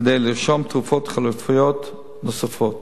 כדי לרשום תרופות חלופיות נוספות.